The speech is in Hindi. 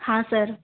हाँ सर